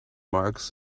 marks